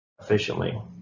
efficiently